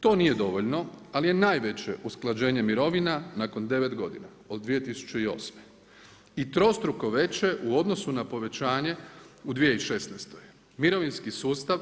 To nije dovoljno ali je najveće usklađenje mirovina nakon 9 godina, od 2008. i trostruko veće u odnosu na povećanje u 2016. mirovinski sustav